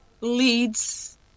leads